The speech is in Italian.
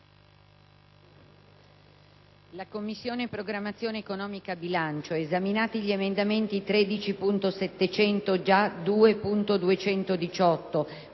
«La Commissione programmazione economica, bilancio, esaminati gli emendamenti 13.700 (già 2.218),